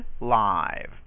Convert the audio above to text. live